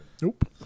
Nope